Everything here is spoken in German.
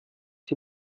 die